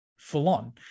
full-on